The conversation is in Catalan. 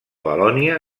valònia